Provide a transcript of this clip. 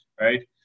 Right